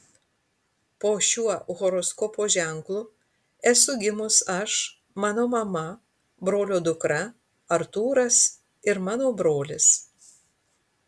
po šiuo horoskopo ženklu esu gimus aš mano mama brolio dukra artūras ir mano brolis